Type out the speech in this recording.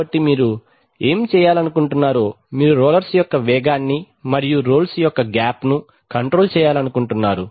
కాబట్టి మీరు ఏమి చేయాలనుకుంటున్నారో మీరు రోల్స్ యొక్క వేగాన్ని మరియు రోల్స్ యొక్క గ్యాప్ ను కంట్రోల్ చేయాలనుకుంటున్నారు